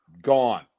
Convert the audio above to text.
Gone